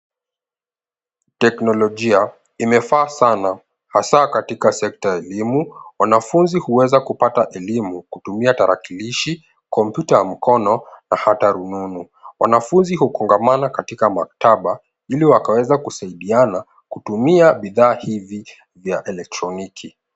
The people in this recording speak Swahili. Teknolojia imefaa sana hasa katika sekta ya elimu. Wanafunzi huweza kupata elimu kutumia tarakilishi, kompyuta ya mkono na hata rununu. Wanafunzi hukongamana katika maktaba ili wakaweza kusaidiana kutumia bidhaa hivi vya elektroniki.